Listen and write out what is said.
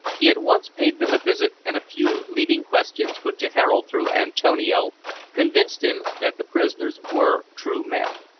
he at once paid them a visit and a few leading questions put to harold through antonio convinced him that the prisoners were true men.